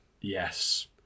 Yes